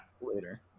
later